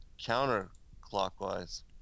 counterclockwise